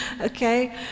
okay